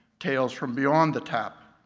tales from beyond the tap,